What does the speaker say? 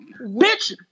Bitch